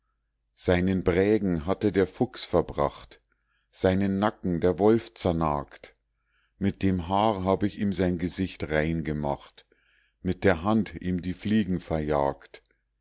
seinen brägen hatte der fuchs verbracht seinen nacken der wolf zernagt mit dem haar hab ich ihm sein gesicht rein gemacht mit der hand ihm die fliegen verjagt